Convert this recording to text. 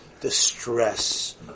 distress